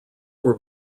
were